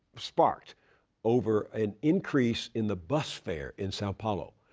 sparked over an increase in the bus fare in sao paulo,